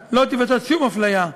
לא חושש שתיווצר אפליה?